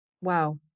wow